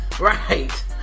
Right